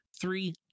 three